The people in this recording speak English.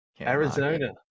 arizona